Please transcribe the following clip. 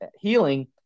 healing